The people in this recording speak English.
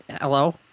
Hello